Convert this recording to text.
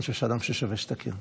אני חושב שהוא אדם ששווה שתכיר.